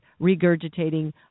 regurgitating